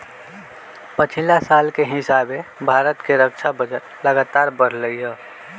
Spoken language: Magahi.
पछिला साल के हिसाबे भारत के रक्षा बजट लगातार बढ़लइ ह